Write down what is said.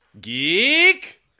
Geek